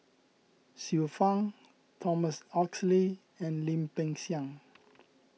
Xiu Fang Thomas Oxley and Lim Peng Siang